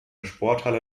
sporthalle